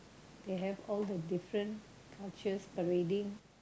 they have all the different cultures already